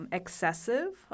excessive